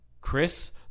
Chris